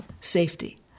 safety